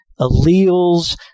alleles